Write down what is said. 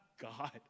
God